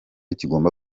kigomba